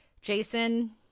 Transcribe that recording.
Jason